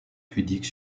pudique